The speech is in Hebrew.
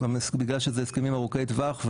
בגלל שאלו הסכמים ארוכי טווח,